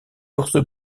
ours